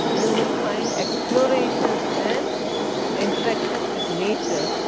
you will find explorations and interactions with nature,